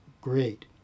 great